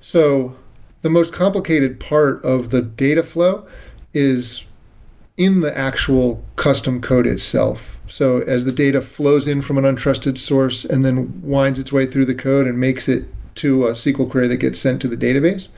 so the most complicated part of the data flow is in the actual custom code itself. so at the data flows in from untrusted source and then winds its way through the code and makes it to a sql query that get sent to the database.